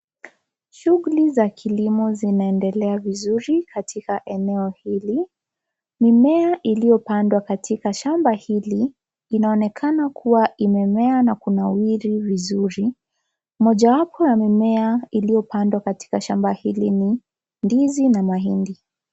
Shughuli za kilimo zinaendelea vizuri katika eneo hili, mimea iliyopandwa katika shamba hili inaonekana kuwa imemea na kunawiri vizuri mojawapo ya mimea iliyopandwa katika shamba hili ni ndizi na mahindi.